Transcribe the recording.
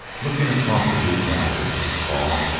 looking across a deep valley, saw,